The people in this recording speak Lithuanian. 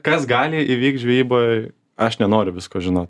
kas gali įvykt žvejyboj aš nenoriu visko žinot